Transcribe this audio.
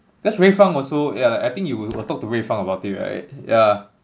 cause rui fang also yeah I think you will got talk to rui fang about it right yeah